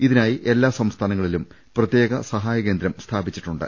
ഇതിനായി എല്ലാ സംസ്ഥാനങ്ങളിലും പ്രത്യേക സഹായ കേന്ദ്രം സ്ഥാപിച്ചിട്ടുണ്ട്